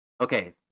okay